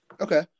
Okay